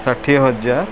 ଷାଠିଏ ହଜାର